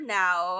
now